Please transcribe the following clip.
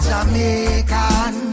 Jamaican